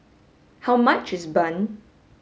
how much is bun